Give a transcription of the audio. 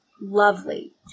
lovely